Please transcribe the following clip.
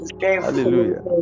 Hallelujah